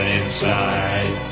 inside